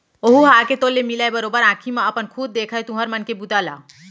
ओहूँ ह आके तोर ले मिलय, बरोबर आंखी म अपन खुद देखय तुँहर मन के बूता ल